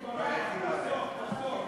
תחסוך בדבריך, תחסוך, תחסוך.